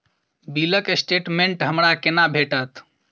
बिलक स्टेटमेंट हमरा केना भेटत?